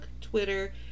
Twitter